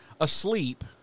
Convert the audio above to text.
asleep